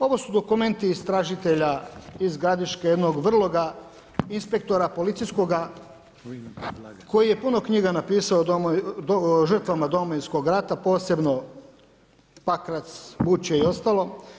Ovo su dokumenti istražitelja iz Gradiške, jednog vrloga inspektora, policijskoga koji je puno knjiga napisao o žrtvama Domovinskog rata, posebno Pakrac, Vučje i ostalo.